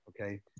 Okay